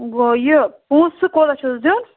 گوٚو یہِ پونٛسہٕ کوٗتاہ چھُس دیُن